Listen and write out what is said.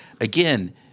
again